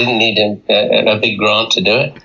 didn't need and a big grant to do it.